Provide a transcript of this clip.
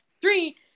Three